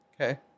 Okay